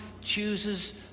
chooses